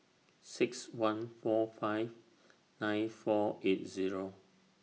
six one four five nine four eight Zero